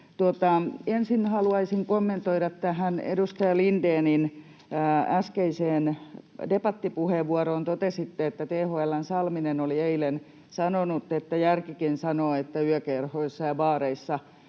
Ensin haluaisin kommentoida tätä edustaja Lindénin äskeistä debattipuheenvuoroa. Totesitte, että THL:n Salminen oli eilen sanonut, että järkikin sanoo, että yökerhoissa ja baareissa